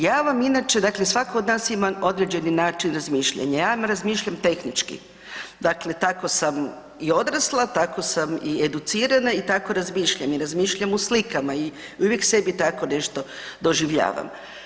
Ja vam inače, dakle svako od nas ima određeni način razmišljanja, ja vam razmišljam tehnički, dakle tako sam i odrasla, tako sam i educirana i tako razmišljam i razmišljam u slikama i uvijek sebi tako nešto doživljavam.